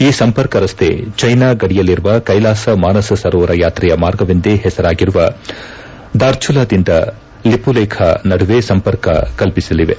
ಈ ಸಂಪರ್ಕ ರಸ್ತ ಚೈನಾ ಗಡಿಯಲ್ಲಿರುವ ಕೈಲಾಸ ಮಾನಸ ಸರೋವರ ಯಾತ್ರೆಯ ಮಾರ್ಗವೆಂದೇ ಹೆಸರಾಗಿರುವ ದಾರ್ಜುಲಾದಿಂದ ಲಿಮಲೇಖ್ ಪಾಸ್ ನಡುವೆ ಸಂಪರ್ಕ ಕಲ್ಲಿಸಲಿವೆ